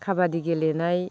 खाबादि गेलेनाय